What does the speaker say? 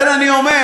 לכן אני אומר,